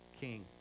king